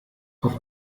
auf